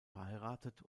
verheiratet